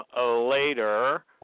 later